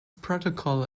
protocol